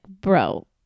Bro